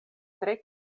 tre